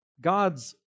God's